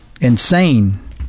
insane